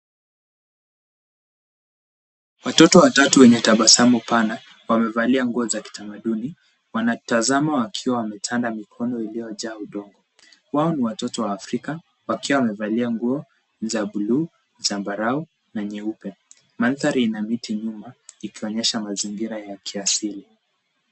Watoto watatu wenye tabasamu pana, wamevalia nguo za kitamaduni wanatazama wakiwa wametana mikono iliyo jaa udongo wao ni watoto wa kiafrika wakiwa wamevalia nguo za buluu, zambarao na nyeupe. Mandhari ina viti nyuma ikionyesha mazingira ya kiasili.